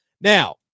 Now